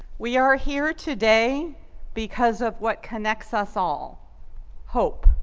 we are here today because of what connects us all hope.